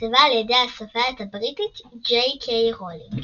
שנכתבה על ידי הסופרת הבריטית ג'יי קיי רולינג.